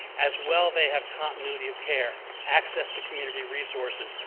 as well they have continuity of care, access to community resources,